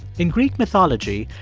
in greek mythology,